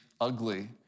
ugly